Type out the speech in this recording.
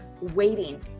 waiting